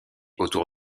autour